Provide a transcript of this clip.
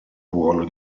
ruolo